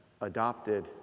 adopted